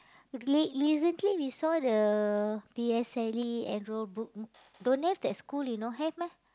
l~ recently we saw the P_S_L_E enrol book don't have that school you know have meh